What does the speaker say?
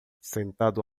sentado